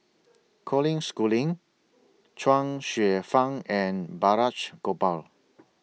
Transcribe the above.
Colin Schooling Chuang Hsueh Fang and Balraj Gopal